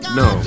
no